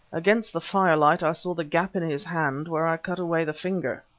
against the firelight i saw the gap in his hand where i cut away the finger.